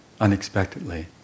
unexpectedly